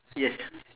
yes